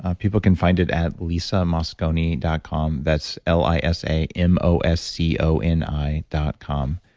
ah people can find it at lisamosconi dot com, that's l i s a m o s c o n i dot com.